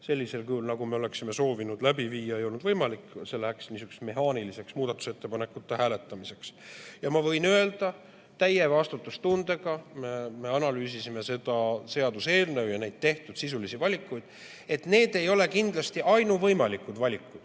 sellisel kujul, nagu me oleksime soovinud, läbi viia. See läheks niisuguseks mehaaniliseks muudatusettepanekute hääletamiseks. Ma võin öelda täie vastutustundega, et me analüüsisime seda seaduseelnõu ja tehtud sisulisi valikuid ning need ei ole kindlasti ainuvõimalikud valikud,